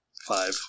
Five